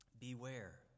Beware